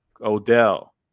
Odell